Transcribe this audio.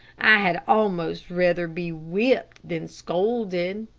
i had almost rather be whipped than scolded.